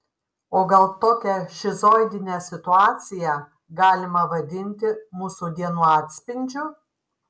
o gal tokią šizoidinę situaciją galima vadinti mūsų dienų atspindžiu